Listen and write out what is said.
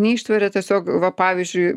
neištveria tiesiog va pavyzdžiui